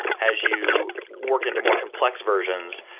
as you work into more complex versions,